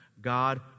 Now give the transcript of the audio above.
God